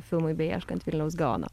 filmui beieškant vilniaus gaono